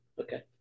Okay